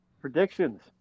Predictions